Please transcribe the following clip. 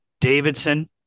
Davidson